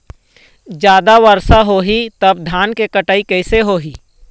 जादा वर्षा होही तब धान के कटाई कैसे होही?